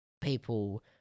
people